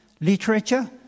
literature